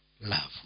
love